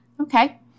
Okay